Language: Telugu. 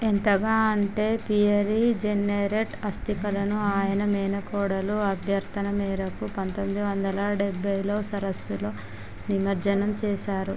ఎంతగా అంటే పియరీ జెన్నెరెట్ అస్థికలను ఆయన మేనకోడలు అభ్యర్థన మేరకు పంతొమ్మిది వందల డెబ్భైలో సరస్సులో నిమజ్జనం చేసారు